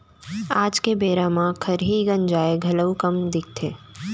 आज के बेरा म खरही गंजाय घलौ कम दिखथे